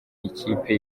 ikipe